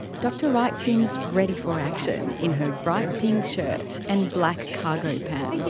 dr wright seems ready for action in her bright pink shirt and black cargo pants.